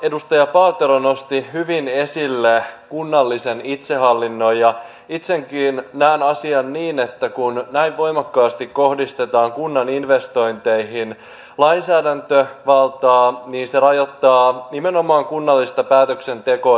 edustaja paatero nosti hyvin esille kunnallisen itsehallinnon ja itsekin näen asian niin että kun näin voimakkaasti kohdistetaan kunnan investointeihin lainsäädäntövaltaa se rajoittaa nimenomaan kunnallista päätöksentekoa ja itsehallintoa